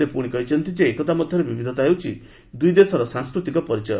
ସେ ପୁଣି କହିଛନ୍ତି ଯେ ଏକତା ମଧ୍ୟରେ ବିବିଧତା ହେଉଛି ଦୁଇଦେଶର ସାଂସ୍କୃତିକ ପରିଚୟ